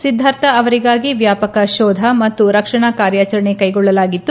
ಸಿದ್ದಾರ್ಥ ಅವರಿಗಾಗಿ ವ್ಲಾಪಕ ಶೋಧ ಮತ್ತು ರಕ್ಷಣಾ ಕಾರ್ಯಾಚರಣೆ ಕ್ಷೆಗೊಳ್ಳಲಾಗಿತ್ತು